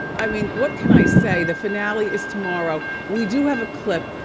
i mean, what can i say? the finale is tomorrow. we do have a clip.